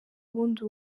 ubundi